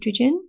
estrogen